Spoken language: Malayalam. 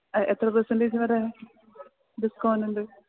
അത് എത്ര പേര്സെന്റേജ് വരെ ഡിസ്ക്കൗണ്ടുണ്ട്